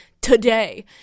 today